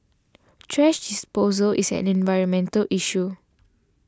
thrash disposal is an environmental issue